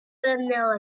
vanilla